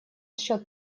счёт